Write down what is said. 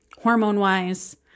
Hormone-wise